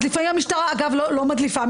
אז לפעמים המשטרה, אגב, לא מדליפה.